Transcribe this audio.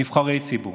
נבחרי ציבור,